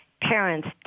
parents